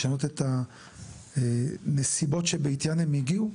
לשנות את הנסיבות שבעטיין הם הגיעו?